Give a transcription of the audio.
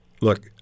Look